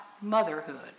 motherhood